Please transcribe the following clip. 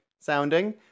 sounding